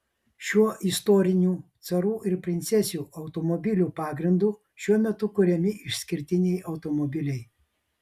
šiuo istoriniu carų ir princesių automobilių pagrindu šiuo metu kuriami išskirtiniai automobiliai